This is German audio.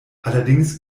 allerdings